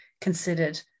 considered